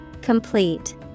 Complete